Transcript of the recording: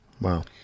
wow